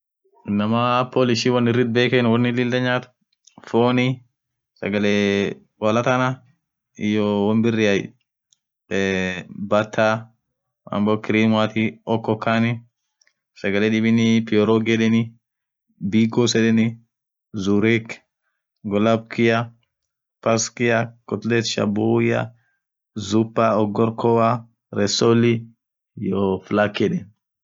inamaa polisi won irritbeken wonin Lilanyaat foni sagale kholatana iyo wonbiriiyay bataa mambo kirimuati okokaani sagale dibin piorogi yedeni diikos zureek golapkia paskia kolesshabuya zupaogorkoa resooli iyoo flaki yeden